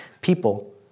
People